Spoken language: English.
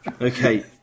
Okay